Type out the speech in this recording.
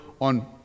on